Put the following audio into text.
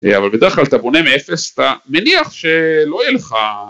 אבל בדרך כלל אתה בונה מאפס אתה מניח שלא יהיה לך.